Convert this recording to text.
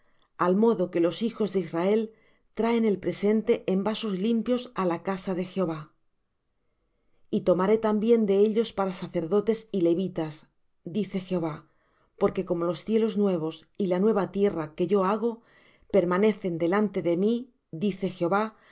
al modo que los hijos de israel traen el presente en vasos limpios á la casa de jehová y tomaré también de ellos para sacerdotes y levitas dice jehová porque como los cielos nuevos y la nueva tierra que yo hago permanecen delante de mí dice jehová así